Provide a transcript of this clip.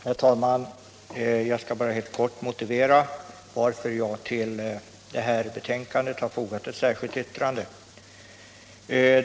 Herr talman! Jag skall bara helt kort motivera varför jag till betänkandet har fogat ett särskilt yttrande.